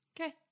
Okay